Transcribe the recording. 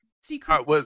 secret